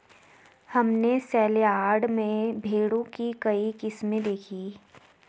हमने सेलयार्ड में भेड़ों की कई किस्में देखीं